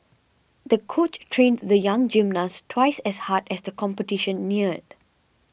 the coach trained the young gymnast twice as hard as the competition neared